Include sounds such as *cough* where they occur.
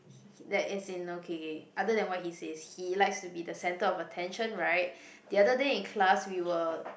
he he that is in okay okay other than what he says he likes to be the center of attention right *breath* the other day in class we were